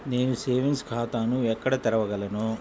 నేను సేవింగ్స్ ఖాతాను ఎక్కడ తెరవగలను?